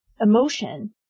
emotion